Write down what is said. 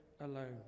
alone